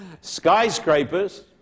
skyscrapers